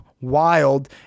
wild